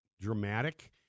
dramatic